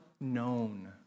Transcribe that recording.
known